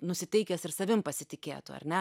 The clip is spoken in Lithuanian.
nusiteikęs ir savim pasitikėtų ar ne